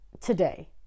today